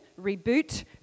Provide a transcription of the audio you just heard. reboot